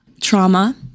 trauma